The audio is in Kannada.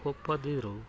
ಒಪ್ಪದಿರು